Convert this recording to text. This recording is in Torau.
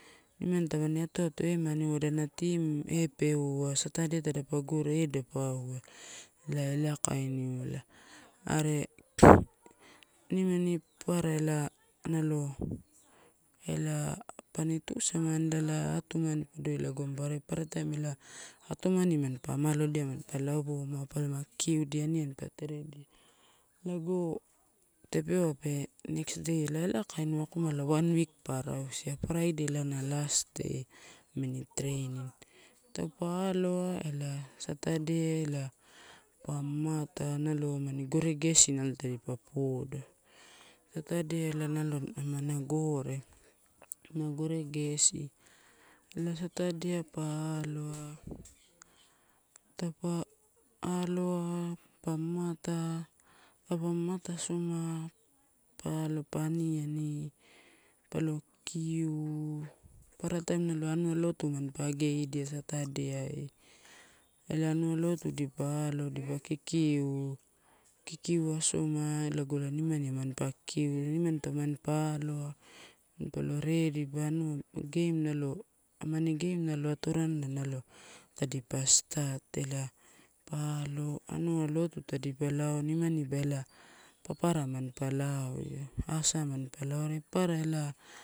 Nimani tamani ato ato emaniuwa adana team epeuwa, satadea tadapa ore edapauwa, ela, ela kainiua. Are nimani papara ela nalo ela panitusa manila atumani bodoi lago ba, papara taim atumaru pani amalodia manipa amalodia. Manpalama kikiudia, aniani pa teredia, lago tapeuwa pe next day elakainua akomala one week pa arausia. Friday ela na last day amini training. Taupa aloa ela satade ela pa mamata nalo amani gore gesi na lo pe podo, satade nalo amana gore, na gove gesi ela satadea pa aloa, taupa aloa pa mamata. Taupa mamata asoma pa alo pa aniani palo kikiu, papara taim nalo anua lotu manipa ageidia satade, ela anua lotu dipa alo, dipa kikiu. Kikiu asoma lago inimani manpa kikiu, nimani tampa aloa, manpao rediba enua, game nalo. Amani nalo atorana nalo tadipa start, ela pa alo anua lotu tadipa lao nimanibba ela papara manpa lao io asai manpa lao io asai manpa lao are papara.